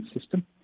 system